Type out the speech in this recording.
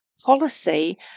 policy